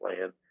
land